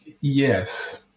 Yes